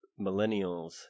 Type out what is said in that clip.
millennials